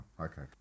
okay